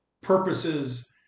purposes